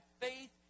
faith